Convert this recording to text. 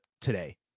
today